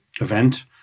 event